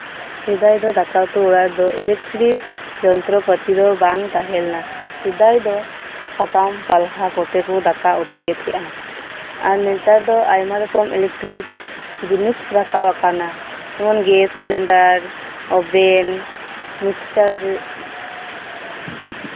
ᱥᱮᱫᱟᱭ ᱫᱚ ᱫᱟᱠᱟ ᱩᱛᱩ ᱚᱲᱟᱜ ᱨᱮᱫᱚ ᱤᱞᱮᱠᱴᱤᱨᱤᱠ ᱡᱚᱱᱛᱚᱨᱚᱯᱟᱹᱛᱤ ᱫᱚ ᱵᱟᱝ ᱛᱟᱦᱮᱸ ᱞᱮᱱᱟ ᱥᱮᱫᱟᱭ ᱫᱚ ᱥᱟᱠᱟᱢ ᱯᱟᱞᱦᱟ ᱠᱚᱛᱮ ᱠᱚ ᱫᱟᱠᱟ ᱩᱛᱩ ᱭᱮᱫ ᱛᱟᱦᱮᱸᱫᱼᱟ ᱟᱨ ᱱᱮᱛᱟᱨ ᱫᱚ ᱟᱭᱢᱟ ᱨᱚᱠᱚᱢ ᱤᱞᱮᱠᱴᱤᱨᱤᱠ ᱡᱤᱱᱤᱥ ᱨᱟᱠᱟᱵᱽ ᱟᱠᱟᱱᱟ ᱡᱮᱢᱚᱱ ᱜᱮᱥ ᱥᱤᱞᱤᱱᱰᱟᱨ ᱳᱵᱷᱮᱱ ᱢᱤᱠᱥᱪᱟᱨ